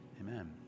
Amen